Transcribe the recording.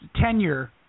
tenure